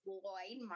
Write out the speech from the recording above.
Lloyd